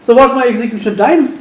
so, what my execution time?